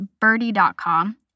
birdie.com